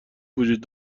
وجود